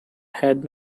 had